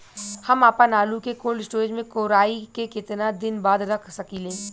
हम आपनआलू के कोल्ड स्टोरेज में कोराई के केतना दिन बाद रख साकिले?